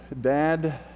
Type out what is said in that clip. Dad